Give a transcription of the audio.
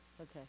Okay